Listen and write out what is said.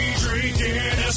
drinking